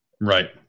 Right